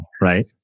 right